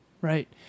Right